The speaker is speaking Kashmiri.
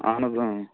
اَہَن حظ